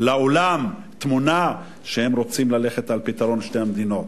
לעולם תמונה שהם רוצים ללכת על פתרון שתי המדינות,